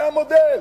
זה המודל: